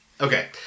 Okay